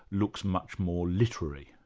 looks much more literary.